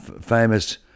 famous